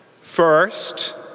First